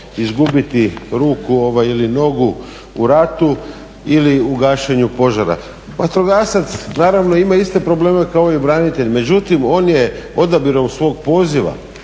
izgubiti ruku ili nogu u ratu, ili u gašenju požara. Vatrogasac naravno ima iste probleme kao i branitelj, međutim on je odabirom svog poziva